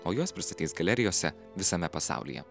o juos pristatys galerijose visame pasaulyje